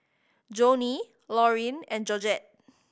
Joanie Loreen and Georgette